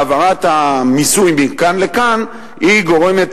והעברת המיסוי מכאן לכאן גורמת